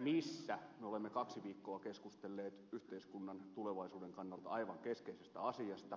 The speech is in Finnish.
jossa me olemme kaksi viikkoa keskustelleet yhteiskunnan tulevaisuuden kannalta aivan keskeisestä asiasta